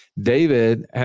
David